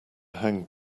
hang